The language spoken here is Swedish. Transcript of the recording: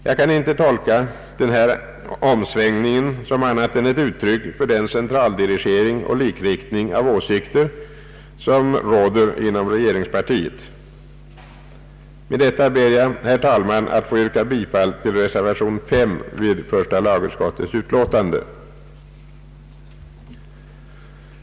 Jag kan inte tolka denna omsvängning som annat än ett uttryck för den centraldirigering och likriktning av åsikter som råder inom regeringspartiet. Med detta ber jag, herr talman, att få yrka bifall till reservation 5 vid första lagutskottets utlåtande.